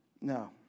No